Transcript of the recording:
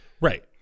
Right